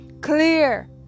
clear